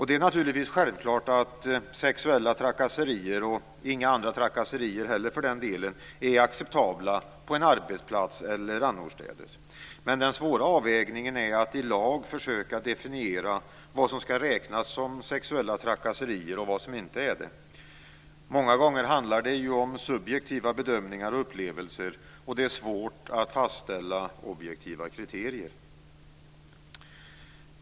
Det är naturligtvis självklart att inga sexuella trakasserier, och för den delen inga andra trakasserier heller, är acceptabla på en arbetsplats eller annorstädes. Men den svåra avvägningen är att i lag försöka definiera vad som skall räknas som sexuella trakasserier och vad som inte skall göra det. Många gånger handlar det om subjektiva bedömningar och upplevelser, och det är svårt att fastställa objektiva kriterier.